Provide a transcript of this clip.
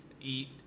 eat